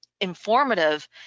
informative